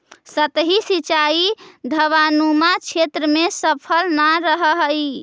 सतही सिंचाई ढवाऊनुमा क्षेत्र में सफल न रहऽ हइ